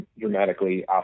Dramatically